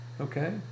Okay